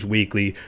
Weekly